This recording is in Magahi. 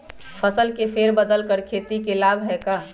फसल के फेर बदल कर खेती के लाभ है का?